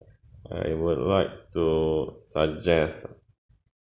I would like to suggest